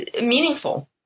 meaningful